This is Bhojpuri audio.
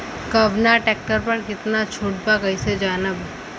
कवना ट्रेक्टर पर कितना छूट बा कैसे जानब?